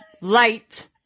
light